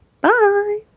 Bye